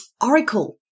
oracle